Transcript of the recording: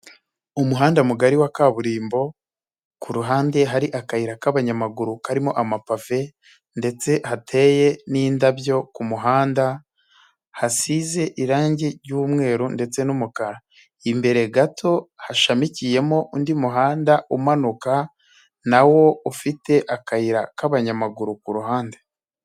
Umuhanda mugari wa kaburimbo, ku ruhande hari akayira k'abanyamaguru karimo amapave ndetse hateye n'indabyo, ku muhanda hasize irangi ry'umweru ndetse n'umukara. Imbere gato hashamikiyemo undi muhanda umanuka na wo ufite akayira k'abanyamaguru ku ruhande.